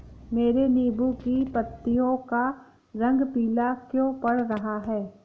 मेरे नींबू की पत्तियों का रंग पीला क्यो पड़ रहा है?